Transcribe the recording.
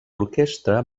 orquestra